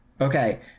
Okay